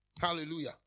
Hallelujah